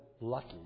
lucky